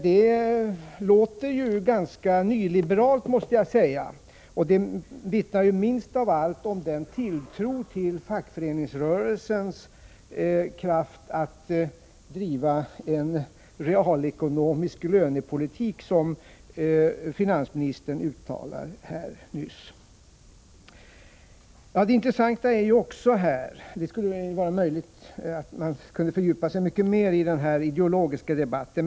Det låter ju ganska nyliberalt, måste jag säga. Det vittnar minst av allt om den tilltro till fackföreningsrörelsens förmåga att driva en realekonomisk lönepolitik som finansministern uttalade här nyss. Det skulle vara intressant att fördjupa den ideologiska debatten.